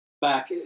back